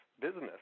business